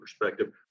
perspective